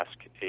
ask